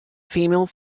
female